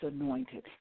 anointed